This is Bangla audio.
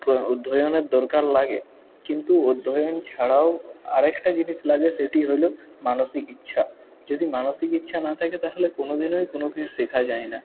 অধ্যয়নের দরকার লাগে কিন্তু অধ্যয়ন ছাড়াও আরেকটা জিনিস লাগে সেটি হল মানসিক ইচ্ছা যদি মানসিক ইচ্ছা না থাকে তাহলে কোনোদিনই কোনো কিছু শেখা যায় না